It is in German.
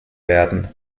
werden